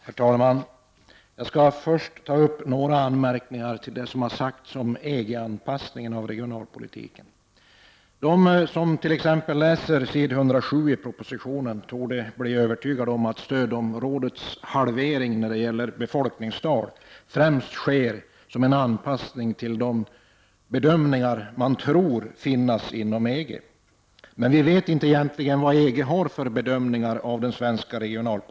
Herr talman! Först några anmärkningar beträffande det som har sagts om EG-anpassningen av regionalpolitiken. Den som läser vad som står på t.ex. s. 107 i propositionen torde bli övertygad om att stödområdets halvering vad gäller invånarantalet främst är en anpassning till de bedömningar som man tror att EG gör. Men egentligen vet vi inte vilka bedömningar av regionalpolitiken i Sverige som EG gör.